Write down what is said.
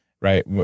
right